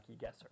guesser